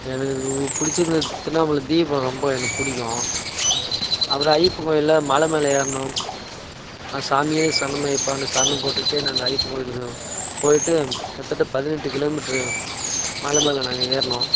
எனக்கு பிடிச்சது திருண்ணாமலை தீபம் ரொம்ப எனக்கு பிடிக்கும் அப்பறம் ஐயப்பன் கோவில்ல மலை மேலே ஏறினோம் அந்த சாமியே சரணம் ஐயப்பான்னு சரணம் போட்டுகிட்டே நாங்கள் ஐயப்பன் கோவிலுக்கு போய்ட்டு கிட்டதட்ட பதினெட்டு கிலோமீட்ரு மலை மேலே நாங்கள் ஏறினோம்